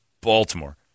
Baltimore